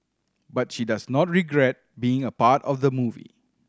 but she does not regret being a part of the movie